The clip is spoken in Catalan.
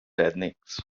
ètnics